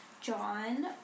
John